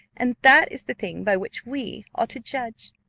and that is the thing by which we are to judge.